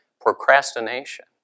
procrastination